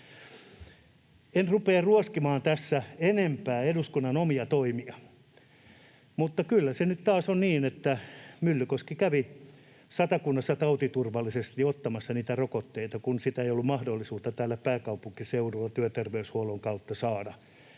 En rupea ruoskimaan tässä enempää eduskunnan omia toimia. Mutta kyllä se nyt taas on niin, että Myllykoski kävi Satakunnassa tautiturvallisesti ottamassa niitä rokotteita, kun niitä ei ollut mahdollisuutta täällä pääkaupunkiseudulla työterveyshuollon kautta saada,